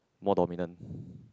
more dominant